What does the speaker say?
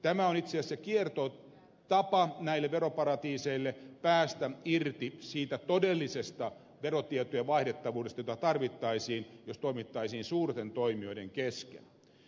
tämä on itse asiassa kiertotapa näille veroparatiiseille päästä irti siitä todellisesta verotietojen vaihdettavuudesta jota tarvittaisiin jos toimittaisiin suurten toimijoiden kesken